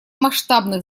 масштабных